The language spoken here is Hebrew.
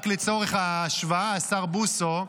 רק לצורך ההשוואה, השר בוסו,